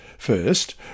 First